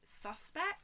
suspect